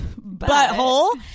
butthole